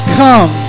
come